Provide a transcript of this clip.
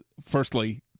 firstly